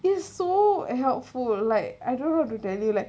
it's so helpful like I don't know how to tell you like